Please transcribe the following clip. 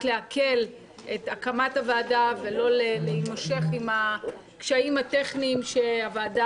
להקל את הקמת הוועדה ולא להימשך עם הקשיים הטכניים שהוועדה